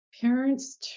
parents